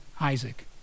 Isaac